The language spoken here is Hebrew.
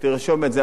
ותרשום את זה,